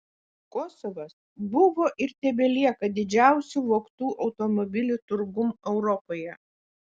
kosovas buvo ir tebelieka didžiausiu vogtų automobilių turgum europoje